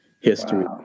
history